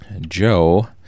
Joe